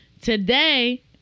today